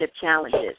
challenges